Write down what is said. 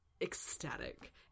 ecstatic